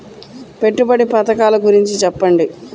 పెట్టుబడి పథకాల గురించి చెప్పండి?